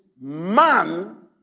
man